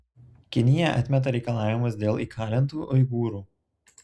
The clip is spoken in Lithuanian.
kinija atmeta reikalavimus dėl įkalintų uigūrų